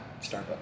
Starbucks